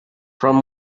from